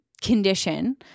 condition